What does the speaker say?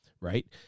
Right